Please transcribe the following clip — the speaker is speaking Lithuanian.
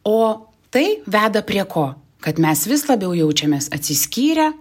o tai veda prie ko kad mes vis labiau jaučiamės atsiskyrę